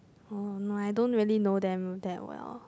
oh no I don't really know them that well